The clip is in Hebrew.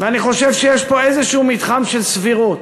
אני חושב שיש פה מתחם של סבירות.